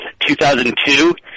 2002